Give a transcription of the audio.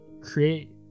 create